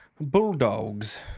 Bulldogs